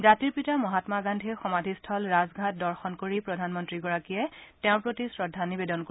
জাতিৰ পিতা মহাম্মা গান্ধীৰ সমাধিস্থল ৰাজঘাট দৰ্শন কৰি প্ৰধানমন্ত্ৰী গৰাকীয়ে তেওঁৰ প্ৰতি শ্ৰদ্ধা নিবেদন কৰিব